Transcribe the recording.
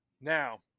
Now